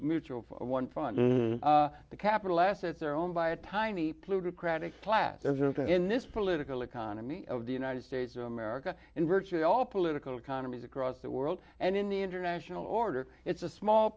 mutual one fund the capital assets are owned by a tiny plutocratic class there's nothing in this political economy of the united states of america in virtually all political economy across the world and in the international order it's a small